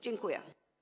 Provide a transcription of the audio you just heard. Dziękuję.